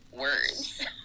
words